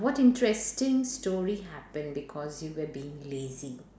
what interesting story happened because you were being lazy